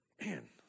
Man